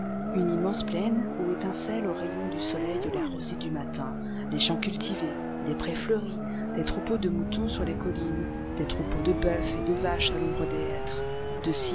une immense plaine où étincelle aux rayons du soleil la rosée du matin des champs cultivés des prés fleuris des troupeaux de moutons sur les collines des troupeaux de bœufs et de vaches à l'ombre des hêtres de